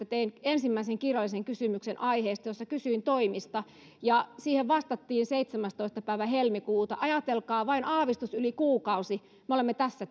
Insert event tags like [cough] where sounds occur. [unintelligible] tein ensimmäisen kirjallisen kysymyksen aiheesta jossa kysyin toimista ja siihen vastattiin seitsemästoista päivä helmikuuta ajatelkaa vain aavistus yli kuukausi ja me olemme tässä [unintelligible]